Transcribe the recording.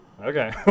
Okay